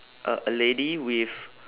a a lady with